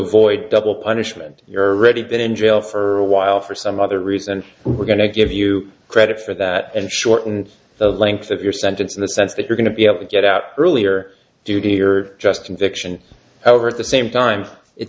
avoid double punishment you're already been in jail for a while for some other reason and we're going to give you credit for that and shorten the length of your sentence in the sense that you're going to be able to get out earlier duty or just conviction over at the same time it